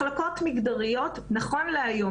מחלקות מגדריות - נכון להיום,